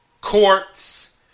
courts